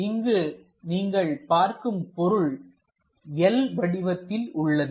இங்கு நீங்கள் பார்க்கும் பொருள் L வடிவத்தில் உள்ளது